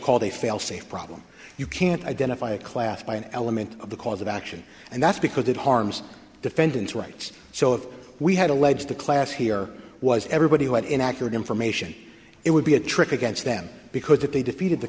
called a fail safe problem you can't identify a class by an element of the cause of action and that's because it harms defendants rights so if we had alleged the class here was everybody who had inaccurate information it would be a trick against them because if they defeated the